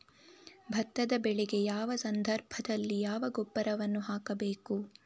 ಭತ್ತದ ಬೆಳೆಗೆ ಯಾವ ಸಂದರ್ಭದಲ್ಲಿ ಯಾವ ಗೊಬ್ಬರವನ್ನು ಹಾಕಬೇಕು?